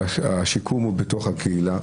בהצעות לא רק להחמיר בענישה,